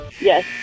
Yes